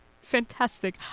Fantastic